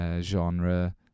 genre